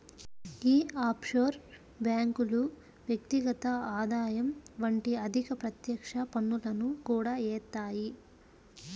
యీ ఆఫ్షోర్ బ్యేంకులు వ్యక్తిగత ఆదాయం వంటి అధిక ప్రత్యక్ష పన్నులను కూడా యేత్తాయి